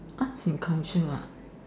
arts and culture lah